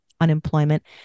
unemployment